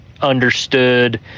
understood